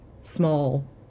small